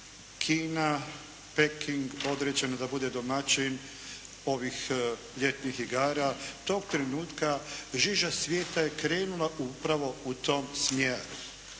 Kina, Peking određena da bude domaćin ovih ljetnih igara tog trenutka žiža svijeta je krenula upravo u tom smjeru.